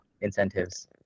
incentives